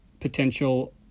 potential